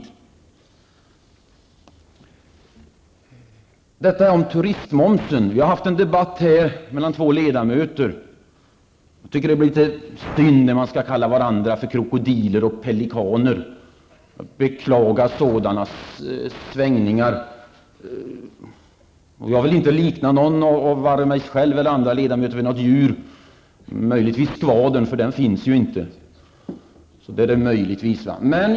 Detta om turistmomsen. Det har här förts en debatt mellan två ledamöter. Jag tycker att det är litet synd att kalla varandra för krokodiler och strutsar. Sådana svängningar är att beklaga. Jag vill inte likna vare sig mig själv eller någon annan ledamot vid något djur. Det skulle möjligtvis gå att likna Ny Demokratis politik vid skvadern, för något sådant djur finns ju inte.